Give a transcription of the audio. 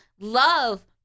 love